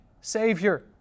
savior